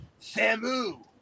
Samu